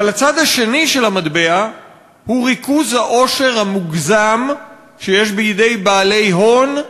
אבל הצד השני של המטבע הוא ריכוז העושר המוגזם שיש בידי בעלי הון.